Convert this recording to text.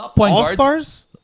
All-Stars